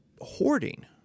hoarding